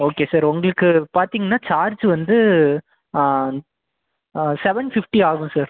okay sir உங்களுக்கு பார்த்திங்னா charge வந்து ஆ ஆ செவன் ஃபிப்டி ஆகும் சார்